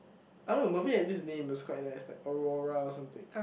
I don't know Mervin had this name that's quite nice like Aurora or something